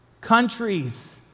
countries